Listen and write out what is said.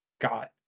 got